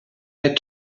had